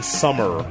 summer